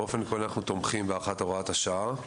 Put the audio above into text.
באופן עקרוני אנחנו תומכים בהארכת הוראת השעה.